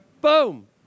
boom